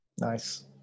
Nice